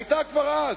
היתה כבר אז.